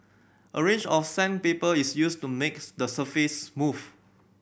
a range of sandpaper is used to makes the surface smooth